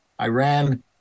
Iran